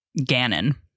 Ganon